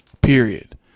Period